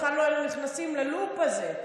בכלל לא היינו נכנסים ללופ הזה.